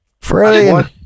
Brilliant